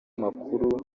amakuru